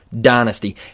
dynasty